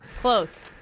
Close